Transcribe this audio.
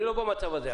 אבל אני לא במצב הזה.